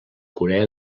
corea